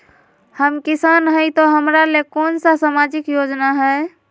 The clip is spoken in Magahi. हम किसान हई तो हमरा ले कोन सा सामाजिक योजना है?